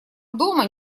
дома